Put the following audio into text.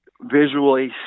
visually